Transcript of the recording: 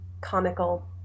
comical